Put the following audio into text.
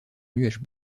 nuages